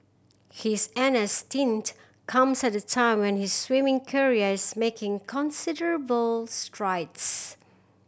his N S stint comes at a time when his swimming career is making considerable strides